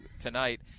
tonight